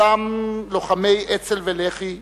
אותם לוחמי אצ"ל ולח"י